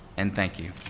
and thank you.